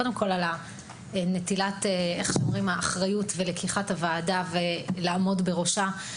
על זה שלקחת על עצמך אחריות לעמוד בראש הוועדה,